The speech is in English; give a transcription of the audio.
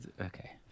Okay